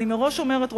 מראש אני אומרת,